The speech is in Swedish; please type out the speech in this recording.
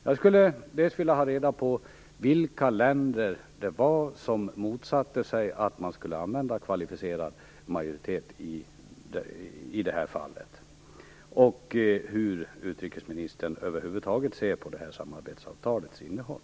Jag skulle vilja ha reda på vilka länder det var som motsatte sig att man skulle tillämpa kvalificerad majoritet i det här fallet. Hur ser utrikesministern över huvud taget på samarbetsavtalets innehåll?